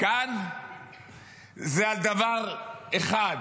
כאן זה על דבר אחד,